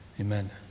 amen